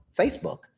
Facebook